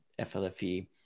FLFE